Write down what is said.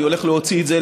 אני הולך להוציא את זה,